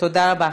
תודה רבה.